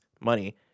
money